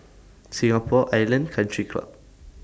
Singapore Island Country Club